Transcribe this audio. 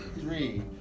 three